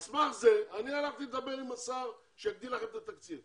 על סמך זה אני הלכתי לדבר עם השר שיגדיל לכם את התקציב.